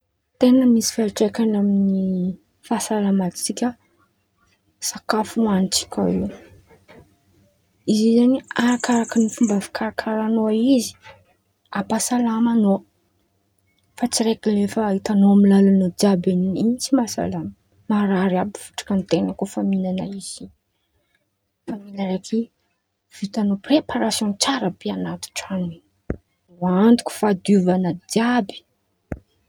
Ten̈a misy fiatraikan̈y amy fasalamantsika sakafo hoan̈itsika io, izy zen̈y arakaraka fômba fikarakaran̈ao izy ampasalama an̈ao fa tsy raiky efa hitan̈ao amy lalan̈a jiàby in̈y tsy mahasalama marary àby vôtrakaten̈a ten̈a refa min̈ana izy fa mila raiky vitan̈ao preparasiò tsara be an̈aty tran̈o in̈y voantoko fadiovan̈a jiàby.